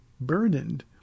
burdened